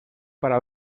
para